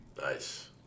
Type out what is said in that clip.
Nice